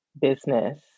business